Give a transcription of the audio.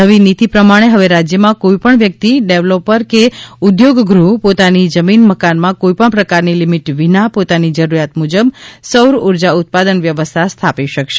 નવી નીતિ પ્રમાણે હવે રાજ્યમાં કોઈપણ વ્યક્તિ ડેવલોપર કે ઉદ્યોગગૃહ પોતાની જમીન મકાનમાં કોઈપણ પ્રકારની લીમીટ વિના પોતાની જરૂરિયાત મુજબ સૌર ઉર્જા ઉત્પાદન વ્યવસ્થા સ્થાપી શકશે